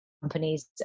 Companies